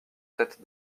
tête